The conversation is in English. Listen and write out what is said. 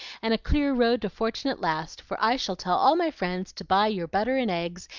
and a clear road to fortune at last for i shall tell all my friends to buy your butter and eggs,